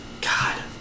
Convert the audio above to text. God